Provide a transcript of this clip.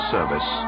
Service